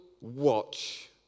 watch